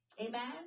Amen